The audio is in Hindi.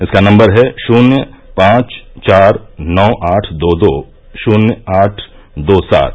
इसका नंबर है शून्य पांच चार नौ आठ दो दो शून्य आठ दो सात